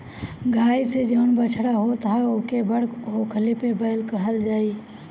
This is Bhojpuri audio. गाई से जवन बछड़ा होत ह ओके बड़ होखला पे बैल कहल जाई